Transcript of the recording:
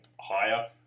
higher